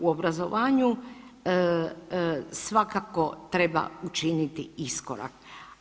U obrazovanju svakako treba učiniti iskorak.